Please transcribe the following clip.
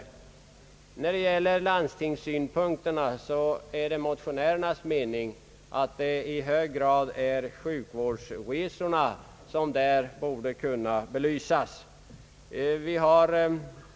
Från landstingens synpunkter borde enligt motionärernas mening i hög grad sjukvårdsresorna kunna belysas.